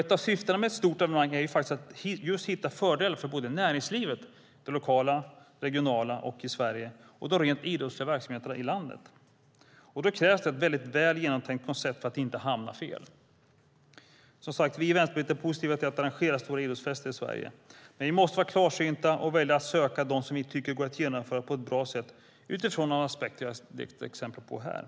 Ett av syftena med ett stort evenemang är faktiskt att just hitta fördelar för näringslivet, det lokala, det regionala och det i Sverige, och de rent idrottsliga verksamheterna i landet. Då krävs ett väl genomtänkt koncept för att inte hamna fel. Vi i Vänsterpartiet är som sagt positiva till att arrangera stora idrottsfester i Sverige, men vi måste vara klarsynta och välja att söka de som vi tycker går att genomföra på ett bra sätt utifrån de aspekter jag har gett exempel på här.